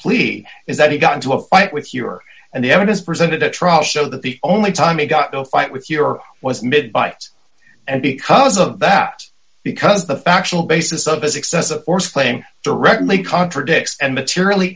plea is that he got into a fight with your and the evidence presented at trial show that the only time he got to fight with your was mid bytes and because of that because the factual basis of his excessive force playing directly contradicts and materially